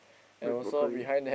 with broccoli